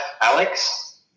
alex